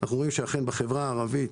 אנחנו רואים שאכן בחברה הערבית